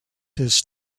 his